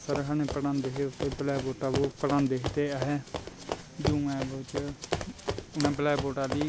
sir सानूं पढ़ांदे हे उत्थै ब्लैक बोर्डा पर पढ़ांदे हे ते अस जूम ऐप बिच्च उ'नें ब्लैक बोर्ड आह्ली